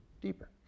deeper